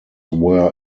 were